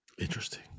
interesting